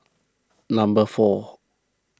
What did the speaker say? number four